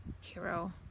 hero